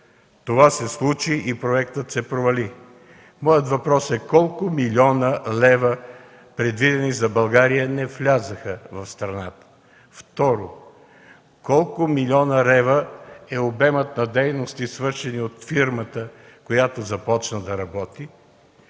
Това се случи и проектът се провали. Моят въпрос е: колко милиона лева, предвидени за България, не влязоха в страната? Колко милиона лева е обемът на дейности, свършени от фирмата, която започна да работи?